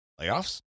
Layoffs